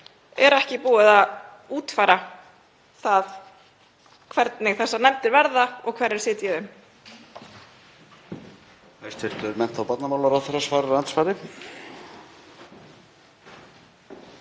sé ekki búið að útfæra það hvernig þessar nefndir verða og hverjir sitja